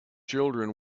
children